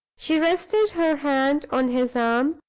she rested her hand on his arm,